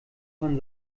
von